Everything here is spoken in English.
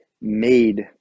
made